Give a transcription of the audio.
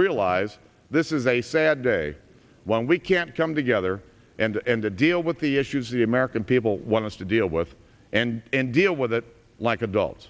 realize this is a sad day when we can't come together and to deal with the issues the american people want us to deal with and deal with it like adults